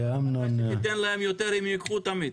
שתיתן להם יותר, הם ירצו תמיד.